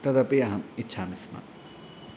तदपि अहम् इच्छामि स्म